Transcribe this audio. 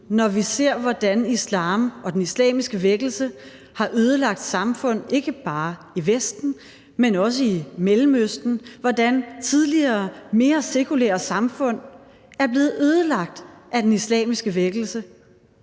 Når vi ser, hvordan islam og den islamiske vækkelse har ødelagt samfund, ikke bare i Vesten, men også i Mellemøsten, og når vi ser, hvordan tidligere mere sekulære samfund er blevet ødelagt af den islamiske vækkelse,